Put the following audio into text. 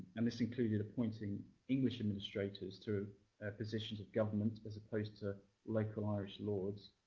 and this included appointing english administrators to positions of government as opposed to local irish lords.